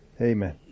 amen